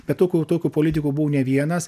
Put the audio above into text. be tokių tokių politikų buvo ne vienas